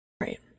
Right